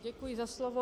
Děkuji za slovo.